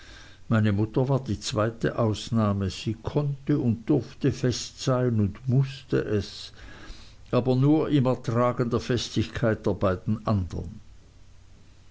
meine mutter war die zweite ausnahme sie konnte und durfte fest sein und mußte es aber nur im ertragen der festigkeit der beiden andern